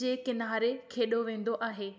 जे किनारे खेॾियो वेंदो आहे